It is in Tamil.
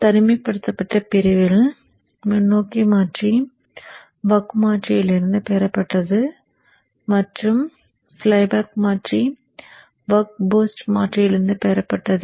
தனிமைப்படுத்தப்பட்ட பிரிவில் முன்னோக்கி மாற்றி பக் மாற்றியிலிருந்து பெறப்பட்டது மற்றும் ஃப்ளை பேக் மாற்றி பக் பூஸ்ட் மாற்றியிலிருந்து பெறப்பட்டது